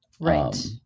Right